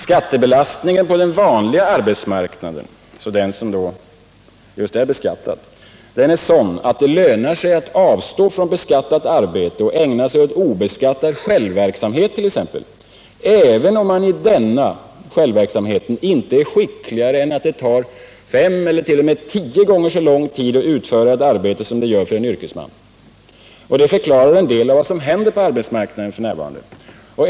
Skattebelastningen på den vanliga arbetsmarknaden är sådan att det lönar sig att avstå från beskattat arbete och ägna sig åt obeskattad självverksamhet, även om man i denna inte är skickligare än att det tar 5-10 gånger så lång tid att utföra ett arbete som det gör för en yrkesman. Detta förklarar en del av vad som händer på arbetsmarknaden nu.